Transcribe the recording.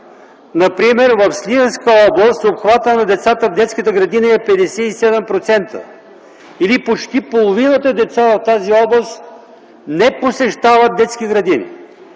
Например в Сливенска област обхватът на децата в детските градини е 57% или почти половината деца в тази област не посещават детски градини,